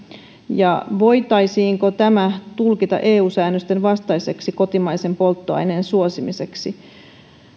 ja voitaisiinko tämä tulkita eu säännösten vastaiseksi kotimaisen polttoaineen suosimiseksi